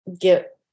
get